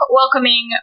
welcoming